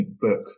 book